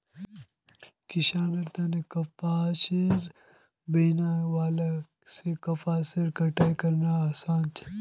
किसानेर तने कपास बीनने वाला से कपासेर कटाई करना आसान छे